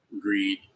greed